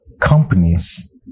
companies